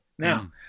Now